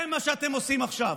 זה מה שאתם עושים עכשיו.